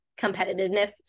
competitiveness